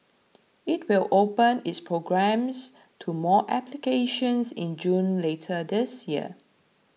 it will open its programs to more applications in June later this year